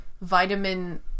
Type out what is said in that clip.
vitamin